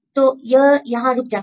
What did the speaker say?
तो यह यहां रुक जाता है